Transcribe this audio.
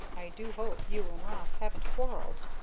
i do hope you and ross haven't quarrelled.